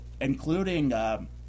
Including